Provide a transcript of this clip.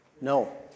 No